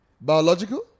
Biological